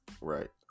right